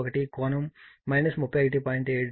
31 కోణం 31